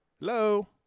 Hello